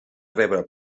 rebre